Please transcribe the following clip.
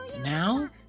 now